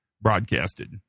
broadcasted